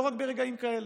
לא רק ברגעים כאלה: